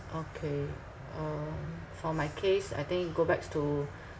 okay uh for my case I think go backs to